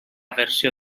versió